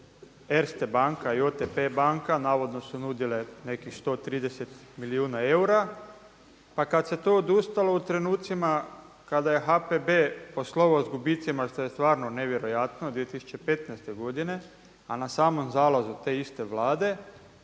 Erste banka i OTP banka, navodno su nudile nekih 130 milijuna eura. Pa kad se to odustalo u trenucima kada je HPB poslovao sa gubicima što je stvarno nevjerojatno 2015. godine, a na samom zalazu te iste Vlade